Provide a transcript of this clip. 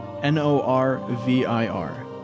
N-O-R-V-I-R